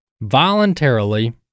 voluntarily